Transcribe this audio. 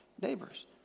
neighbors